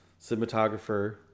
cinematographer